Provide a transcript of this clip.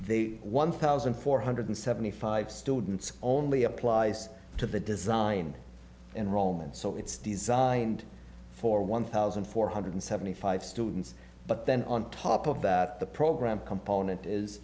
the one thousand four hundred seventy five students only applies to the design in rome and so it's designed for one thousand four hundred seventy five students but then on top of that the program component is